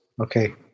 Okay